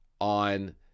on